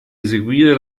eseguire